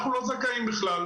אנחנו לא זכאים בכלל,